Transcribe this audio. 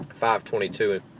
522